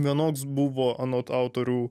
vienoks buvo anot autorių